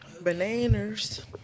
Bananas